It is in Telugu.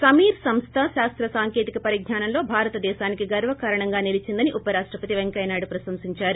సమీర్ సంస్వ శాస్త సాంకేతిక పరిజ్ఞానంలో భారతదేశానికి గర్వకారణంగా నిలీచిందని ఉపరాష్టపతి పెంకయ్యనాయుడు ప్రశంసించారు